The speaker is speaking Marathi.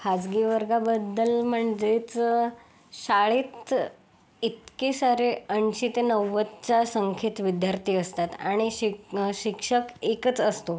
खाजगी वर्गाबद्दल म्हणजेच शाळेत इतके सारे ऐंशी ते नव्वदच्या संख्येत विद्यार्थी असतात आणि शिक शिक्षक एकच असतो